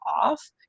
off